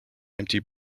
empty